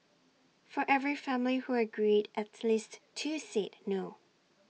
for every family who agreed at least two said no